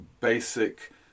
basic